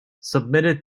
submitted